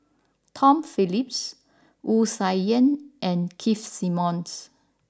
Tom Phillips Wu Tsai Yen and Keith Simmons